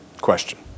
question